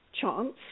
chance